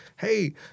Hey